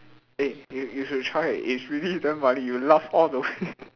eh you you should try it's really damn funny you will laugh all the way